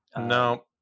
No